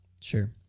sure